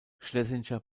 schlesinger